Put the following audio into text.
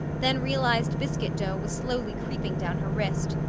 then realized biscuit dough was slowly creeping down her wrist.